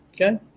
okay